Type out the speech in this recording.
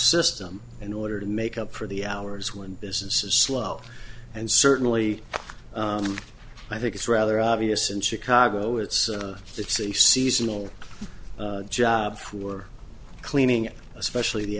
system in order to make up for the hours when business is slow and certainly i think it's rather obvious in chicago it's it's a seasonal job for cleaning especially the